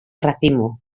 racimo